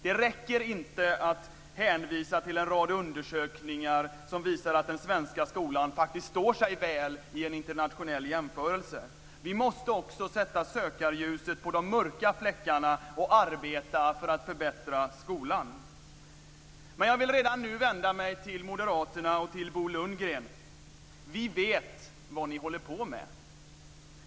Det räcker inte att hänvisa till en rad undersökningar som visar att den svenska skolan faktiskt står sig väl i en internationell jämförelse. Vi måste också sätta sökarljuset på de mörka fläckarna och arbeta för att förbättra skolan. Men jag vill redan nu vända mig till Moderaterna och till Bo Lundgren: Vi vet vad ni håller på med.